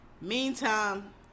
meantime